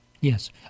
Yes